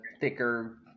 thicker